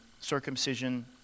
circumcision